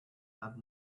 that